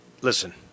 listen